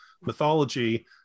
mythology